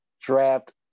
Draft